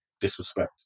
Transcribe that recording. disrespect